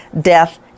Death